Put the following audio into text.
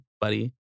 buddy